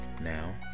Now